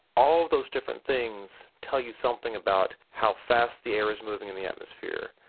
all of those different things tell you something about how fast the air is moving in the atmosphere,